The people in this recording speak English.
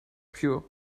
pure